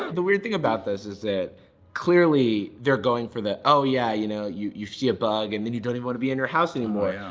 the weird thing about this is that clearly they're going for the oh, yeah, you know you you see a bug and then you don't even want to be in your house anymore. yeah